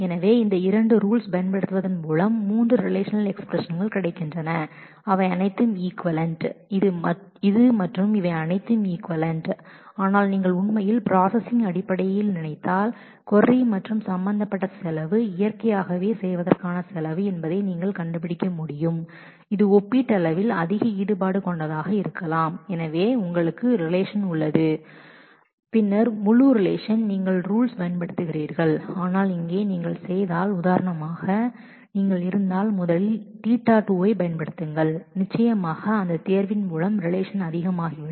எனவே இந்த இரண்டு ரூல்ஸ் பயன்படுத்துவதன் மூலம் மூன்று ரிலேஷநல் எக்ஸ்பிரஸன் கிடைக்கின்றன அவை அனைத்தும் ஈக்விவலெண்ட் இது மற்றும் இது அனைத்தும் ஈக்விவலெண்ட் ஆனால் நீங்கள் உண்மையில் கொரி பிராஸஸிங் அடிப்படையில் சம்பந்தப்பட்ட செலவு இயற்கையாகவே செய்வதற்கான செலவு இதமாக இருக்கும் என்பதை நீங்கள் கண்டுபிடிக்க முடியும் இது ஒப்பீட்டளவில் அதிக ஈடுபாடு கொண்டதாக இருக்கலாம் ஏனெனில் உங்களுக்கு ரிலேஷன் உள்ளது பின்னர் முழு ரிலேஷன் நீங்கள் ரூல்ஸ் பயன்படுத்துகிறீர்கள் ஆனால் இங்கே நீங்கள் செய்தால் உதாரணமாக நீங்கள் முதலில் Ɵ2 ஐப் பயன்படுத்துங்கள் நிச்சயமாக அந்தத் செலக்ஷன் ரிலேஷன் அதிகமாகிவிடும்